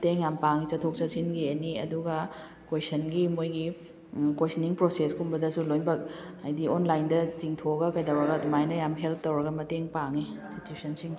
ꯃꯇꯦꯡ ꯌꯥꯝ ꯄꯥꯡꯉꯤ ꯆꯠꯊꯣꯛ ꯆꯠꯁꯤꯟꯒꯤ ꯑꯦꯅꯤ ꯑꯗꯨꯒ ꯀ꯭ꯋꯦꯁꯟꯒꯤ ꯃꯣꯏꯒꯤ ꯀ꯭ꯋꯦꯁꯅꯤꯡ ꯄ꯭ꯔꯣꯁꯦꯁ ꯀꯨꯝꯕꯗꯁꯨ ꯂꯣꯏꯅꯃꯛ ꯍꯥꯏꯗꯤ ꯑꯣꯟꯂꯥꯏꯟꯗ ꯆꯤꯡꯊꯣꯛꯑꯒ ꯀꯩꯗꯧꯔꯒ ꯑꯗꯨꯃꯥꯏꯅ ꯌꯥꯝ ꯍꯦꯜꯞ ꯇꯧꯔꯒ ꯃꯇꯦꯡ ꯄꯥꯡꯉꯤ